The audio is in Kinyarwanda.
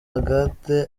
agathe